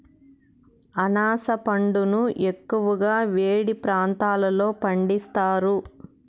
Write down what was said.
అనాస పండును ఎక్కువగా వేడి ప్రాంతాలలో పండిస్తారు